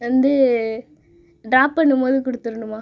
வந்து ட்ராப் பண்ணும் போது குடுத்துடணுமா